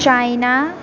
China